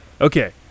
Okay